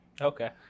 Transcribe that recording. Okay